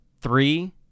three